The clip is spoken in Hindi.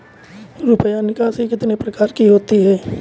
रुपया निकासी कितनी प्रकार की होती है?